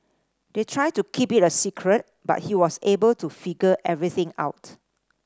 they tried to keep it a secret but he was able to figure everything out